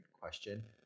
question